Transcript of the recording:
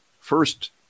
first